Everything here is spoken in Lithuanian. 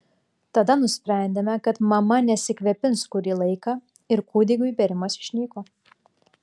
tada nusprendėme kad mama nesikvėpins kurį laiką ir kūdikiui bėrimas išnyko